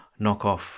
knockoff